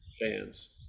fans